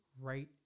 right